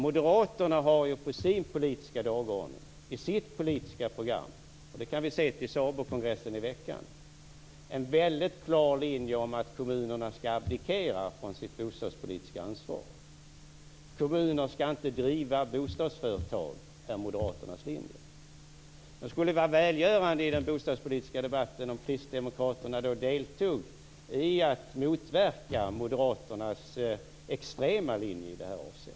Moderaterna har ju på sin politiska dagordning och i sitt politiska program - det kan vi se på SABO-kongressen i veckan - en väldigt klar linje, nämligen att kommunerna skall abdikera från sitt bostadspolitiska ansvar. Kommuner skall inte driva bostadsföretag - det är moderaternas linje. Det skulle vara välgörande i den bostadspolitiska debatten om kristdemokraterna deltog i att motverka moderaternas extrema linje i det här avseendet.